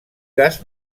gas